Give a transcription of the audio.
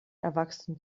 erwachsen